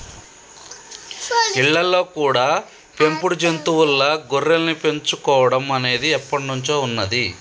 ఇళ్ళల్లో కూడా పెంపుడు జంతువుల్లా గొర్రెల్ని పెంచుకోడం అనేది ఎప్పట్నుంచో ఉన్నది